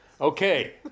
okay